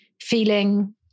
feeling